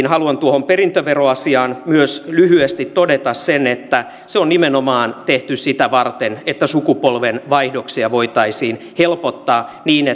haluan tuohon perintöveroasiaan myös lyhyesti todeta sen että se on nimenomaan tehty sitä varten että sukupolvenvaihdoksia voitaisiin helpottaa niin